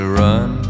run